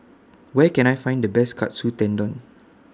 Where Can I Find The Best Katsu Tendon